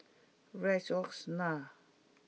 Rexona